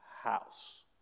house